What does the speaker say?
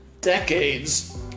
decades